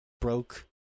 broke